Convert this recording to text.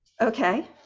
okay